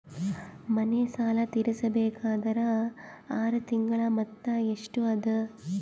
ಮನೆ ಸಾಲ ತೀರಸಬೇಕಾದರ್ ಆರ ತಿಂಗಳ ಮೊತ್ತ ಎಷ್ಟ ಅದ?